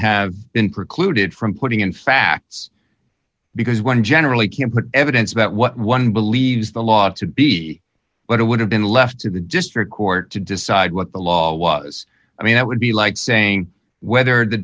have been precluded from putting in facts because one generally can't put evidence about what one believes the law to be what it would have been left to the district court to decide what the law was i mean that would be like saying whether the